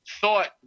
thought